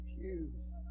confused